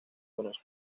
buenos